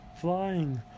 flying